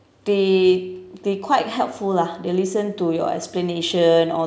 they they quite helpful lah they listen to your explanation all